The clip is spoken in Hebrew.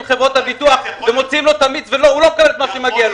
חברות הביטוח ומוציאים לו את המיץ והוא לא מקבל את מה שמגיע לו.